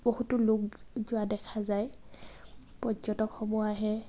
বহুতো লোক যোৱা দেখা যায় পৰ্যটকসমূহ আহে